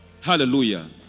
Hallelujah